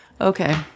okay